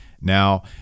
now